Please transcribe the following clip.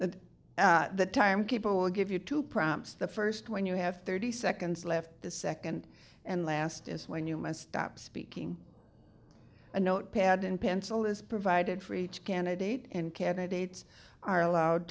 here the time people will give you two prompts the first when you have thirty seconds left the second and last is when you must stop speaking a note pad and pencil is provided for each candidate and candidates are allowed